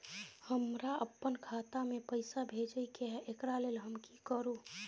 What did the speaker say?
हमरा अपन खाता में पैसा भेजय के है, एकरा लेल हम की करू?